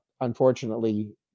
unfortunately